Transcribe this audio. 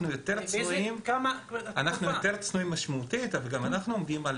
אנחנו יותר צנועים באופן משמעותי אז גם אנחנו עומדים על